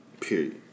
Period